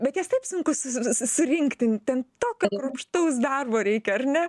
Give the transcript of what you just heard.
bet jas taip sunku su surinkti ten tokio kruopštaus darbo reikia ar ne